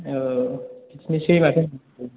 औ बिदिनोसै माथो